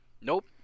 Nope